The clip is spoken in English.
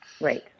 Right